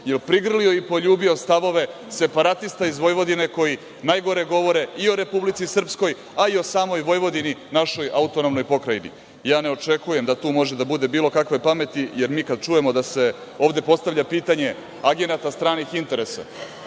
jel prigrlio i poljubio stavove separatista iz Vojvodine koji najgore govore i o Republici Srpskoj, a i o samoj Vojvodini, našoj autonomnoj pokrajini. Ne očekujem da tu može da bude bilo kakve pameti, jer mi kada čujemo da se ovde postavlja pitanje agenata stranih interesa,